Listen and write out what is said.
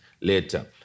later